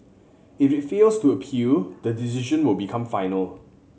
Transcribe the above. if it fails to appeal the decision will become final